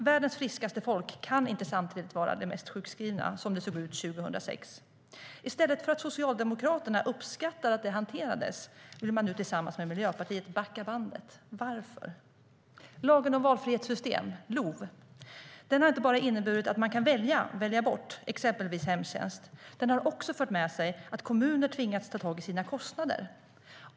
Världens friskaste folk kan inte samtidigt vara det mest sjukskrivna, som det såg ut 2006. I stället för att Socialdemokraterna uppskattar att problemet hanterades vill man nu tillsammans med Miljöpartiet backa bandet. Varför? Lagen om valfrihetssystem, LOV, har inte bara inneburit att man kan välja eller välja bort exempelvis hemtjänst. Den har också fört med sig att kommuner tvingas ta tag i sina kostnader.